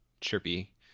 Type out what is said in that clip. chirpy